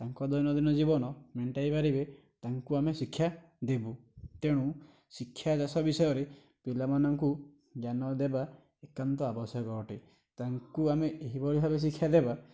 ତାଙ୍କ ଦୈନନ୍ଦିନ ଜୀବନ ମେଣ୍ଟାଇ ପାରିବେ ତାଙ୍କୁ ଆମେ ଶିକ୍ଷା ଦେବୁ ତେଣୁ ଶିକ୍ଷା ଦେଶ ବିଷୟରେ ପିଲାମାନଙ୍କୁ ଜ୍ଞାନ ଦେବା ଏକାନ୍ତ ଆବଶ୍ୟକ ଅଟେ ତାଙ୍କୁ ଆମେ ଏହିଭଳି ଭାବେ ଶିକ୍ଷା ଦେବା